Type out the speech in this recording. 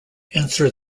answer